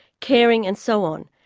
caring and so on.